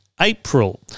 April